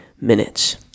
minutes